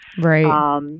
right